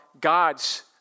God's